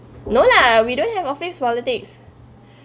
no lah we don't have office politics